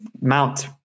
Mount